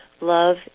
Love